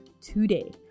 today